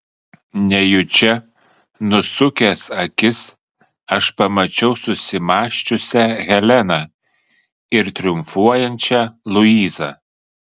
nejučia nusukęs akis aš pamačiau susimąsčiusią heleną ir triumfuojančią luizą